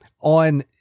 on